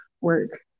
work